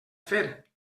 fer